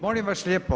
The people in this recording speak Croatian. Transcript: Molim vas lijepo.